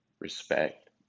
respect